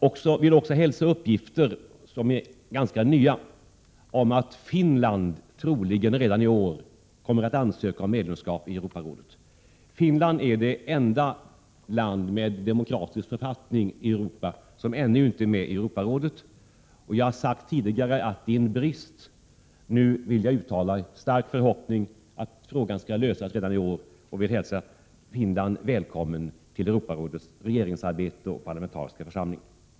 Jag vill också hälsa uppgifter som är ganska nya om att Finland troligen redan i år kommer att ansöka om medlemskap i Europarådet. Finland är det enda land med demokratisk författning i Europa som ännu inte är med i Europarådet, och jag har sagt tidigare att detta är en brist. Nu vill jag uttala en stark förhoppning att frågan skall lösas redan i år och hälsa Finland välkommen till Europarådets regeringsarbete och dess parlamentariska församling.